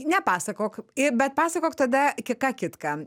nepasakok i bet pasakok tada ki ką kitką